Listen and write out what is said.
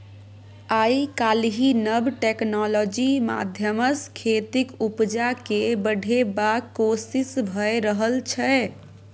आइ काल्हि नब टेक्नोलॉजी माध्यमसँ खेतीक उपजा केँ बढ़ेबाक कोशिश भए रहल छै